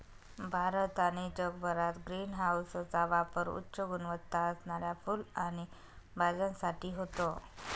भारत आणि जगभरात ग्रीन हाऊसचा पापर उच्च गुणवत्ता असणाऱ्या फुलं आणि भाज्यांसाठी होतो